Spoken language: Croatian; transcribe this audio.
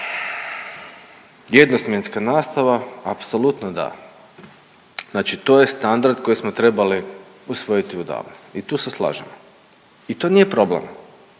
jednosmjenska nastava apsolutno da, znači to je standard koji smo trebali usvojiti odavno i tu se slažemo. I to nije problem